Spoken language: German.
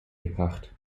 gebracht